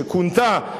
שכונתה כך,